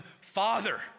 father